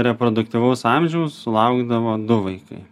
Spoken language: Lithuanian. reproduktyvaus amžiaus sulaukdavo du vaikai